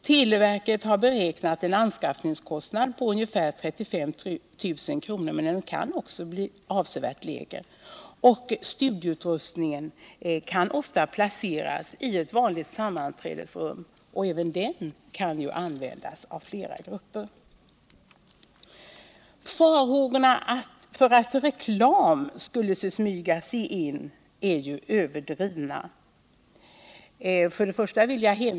Televerket har beräknat anskaffningskostnaden till ungefär 35 000 kr., men den kan också bli avsevärt lägre. Studioutrustningen kan ofta placeras i ett vanligt sammanträdesrum, och även den kan ju användas av flera grupper. Farhågorna för att reklam skulle smyga sig in är överdrivna.